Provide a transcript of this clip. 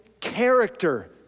character